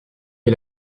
est